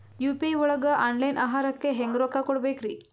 UPI ಒಳಗ online ಆಹಾರಕ್ಕೆ ಹೆಂಗ್ ರೊಕ್ಕ ಕೊಡಬೇಕ್ರಿ?